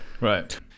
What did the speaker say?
right